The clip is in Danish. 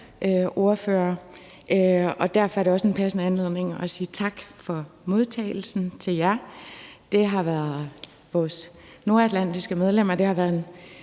færøordfører, og derfor er det også en passende anledning til at sige tak for modtagelsen til jer, både de nordatlantiske medlemmer og jer andre. Det